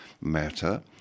matter